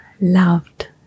Loved